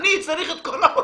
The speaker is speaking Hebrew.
אני צריך את כל העולמות.